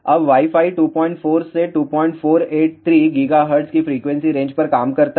अब wi fi 24 से 2483 GHz की फ्रीक्वेंसी रेंज से काम करता है